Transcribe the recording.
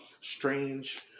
strange